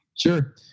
Sure